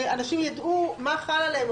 שאנשים ידעו מה חל עליהם?